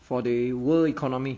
for the world economy